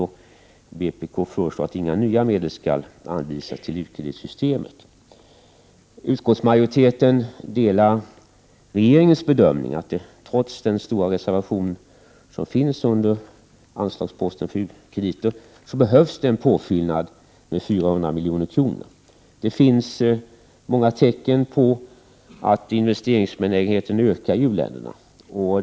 Och vpk föreslår att inga nya medel skall anvisas till u-kreditsystemet. Utskottsmajoriteten delar regeringens bedömning att det trots den stora reservationen under anslagsposten för u-krediter behövs en påfyllnad med 400 milj.kr. Det finns många tecken på att investeringsbenägenheten ökar i u-länderna.